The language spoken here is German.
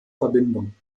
verbindung